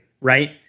right